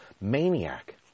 maniac